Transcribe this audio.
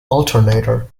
alternator